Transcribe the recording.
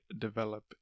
develop